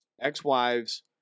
ex-wives